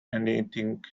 anything